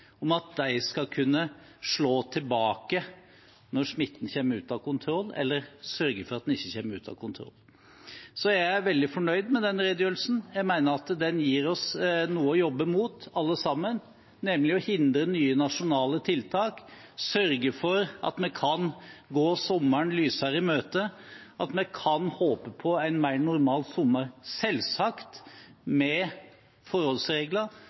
om at de skal kunne slå tilbake når smitten kommer ut av kontroll, eller sørge for at den ikke kommer ut av kontroll. Så jeg er veldig fornøyd med denne redegjørelsen. Jeg mener at den gir oss alle sammen noe å jobbe mot, nemlig å hindre nye nasjonale tiltak, sørge for at vi kan gå sommeren lysere i møte, at vi kan håpe på en mer normal sommer – selvsagt med forholdsregler,